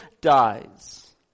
dies